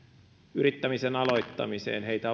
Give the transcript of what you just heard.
yrittämisen aloittamiseen heitä